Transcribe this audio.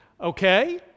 Okay